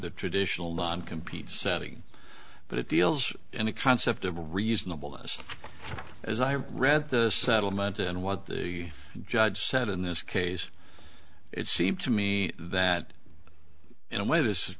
the traditional non compete setting but it deals in the concept of a reasonable s as i read the settlement and what the judge said in this case it seemed to me that in a way this